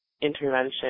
intervention